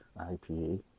IPA